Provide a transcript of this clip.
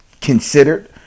considered